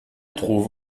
trouve